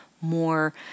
more